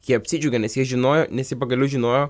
jie apsidžiaugė nes jie žinojo nes jie pagaliau žinojo